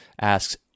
asks